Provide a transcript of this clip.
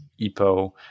EPO